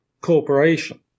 Corporation